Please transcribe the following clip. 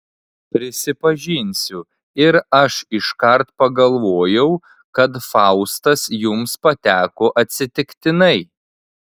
prisipažinsiu ir aš iškart pagalvojau kad faustas jums pateko atsitiktinai